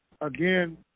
Again